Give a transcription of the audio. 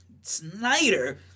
Snyder